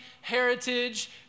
heritage